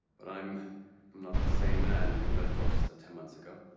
but i'm not the same man who left rochester ten months ago.